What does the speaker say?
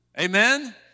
Amen